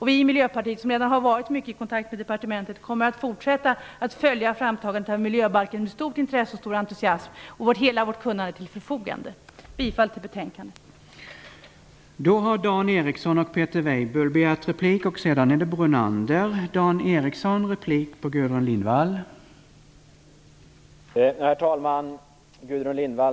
Vi i Miljöpartiet, som redan har varit mycket i kontakt med departementet, kommer att fortsätta att följa framtagandet av miljöbalken med stort intresse och stor entusiasm och ställa hela vårt kunnande till förfogande. Bifall till utskottets hemställan!